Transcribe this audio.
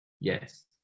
yes